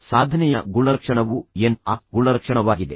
ಸಾಧನೆಯ ಗುಣಲಕ್ಷಣವು ಎನ್ ಆಕ್ ಗುಣಲಕ್ಷಣವಾಗಿದೆ